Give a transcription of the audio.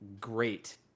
great